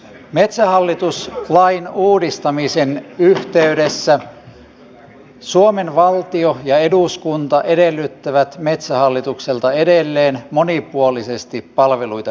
metsähallitus lain uudistamisen yhteydessä suomen valtio ja eduskunta edellyttävät metsähallitukselta edelleen monipuolisesti palveluita yhteiskunnalle